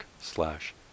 slash